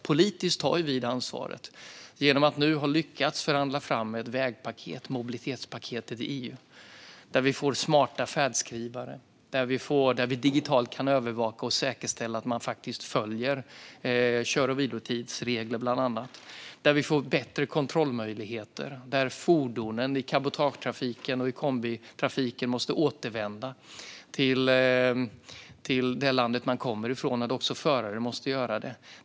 Politiskt tar vi detta ansvar genom att vi nu har lyckats förhandla fram ett vägpaket - mobilitetspaketet - i EU, där vi får smarta färdskrivare, där vi digitalt kan övervaka och säkerställa att man följer bland annat kör och vilotidsregler, där vi får bättre kontrollmöjligheter och där fordonen i cabotagetrafiken och i kombitrafiken måste återvända till det land de kommer ifrån och att förarna också måste göra detta.